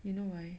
you know why